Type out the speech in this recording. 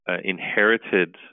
inherited